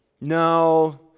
No